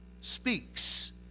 Speaks